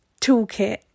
toolkit